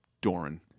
Doran